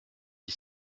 dix